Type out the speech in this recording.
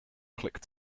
click